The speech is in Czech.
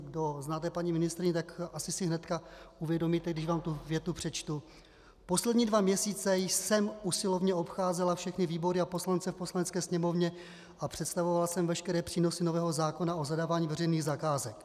Kdo znáte paní ministryni, tak si to asi hned uvědomíte, když vám tu větu přečtu: Poslední dva měsíce jsem usilovně obcházela všechny výbory a poslance v Poslanecké sněmovně a představovala jsem veškeré přínosy nového zákona o zadávání veřejných zakázek...